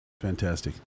fantastic